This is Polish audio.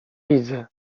widzę